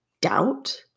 doubt